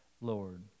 Lord